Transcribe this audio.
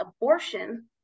abortion